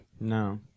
no